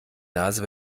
nase